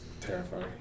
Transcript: terrifying